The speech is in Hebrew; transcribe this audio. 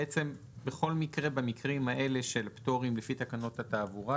בכל המקרים של פטורים לפי תקנות התעבורה,